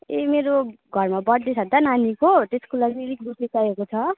ए मेरो घरमा बर्थडे छ त नानीको त्यसको लागि अलिकति बेसी चाहिएको छ